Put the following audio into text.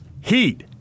Heat